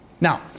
Now